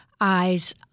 eyes